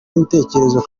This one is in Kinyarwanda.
n’ibitekerezo